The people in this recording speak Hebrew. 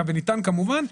וניתן כמובן,